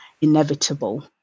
inevitable